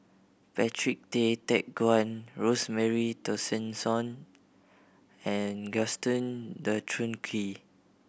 Patrick Tay Teck Guan Rosemary Tessensohn and Gaston Dutronquoy